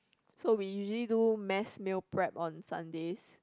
so we usually do mass meal prep on Sundays